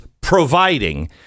providing